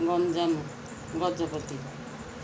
Ganjam Gajapati